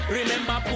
Remember